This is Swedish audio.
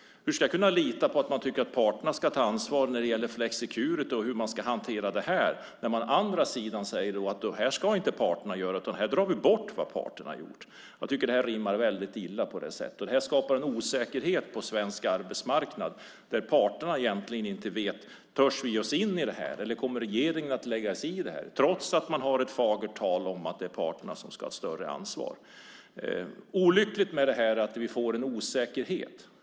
Hur ska jag kunna lita på att man tycker att parterna ska ta ansvar när det gäller flexicurity och hur man ska hantera det här när man samtidigt säger att parterna inte ska göra det här utan att man i stället drar bort vad parterna har gjort? Jag tycker att det här rimmar väldigt illa på det sättet. Det här skapar en osäkerhet på svensk arbetsmarknad där parterna egentligen inte vet om man törs ge sig in i det här eller om regeringen kommer att lägga sig i, trots det fagra talet om att parterna ska ha större ansvar. Det som är olyckligt med det här är att vi får en osäkerhet.